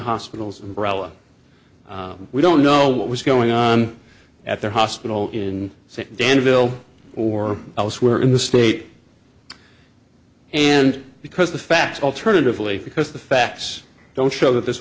hospitals we don't know what was going on at the hospital in st danville or elsewhere in the state and because the facts alternatively because the facts don't show that this